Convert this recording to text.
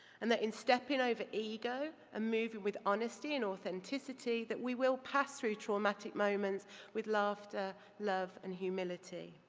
and that in stepping over ego and ah moving with honesty and authenticity, that we will pass through traumatic moments with laughter, love, and humility.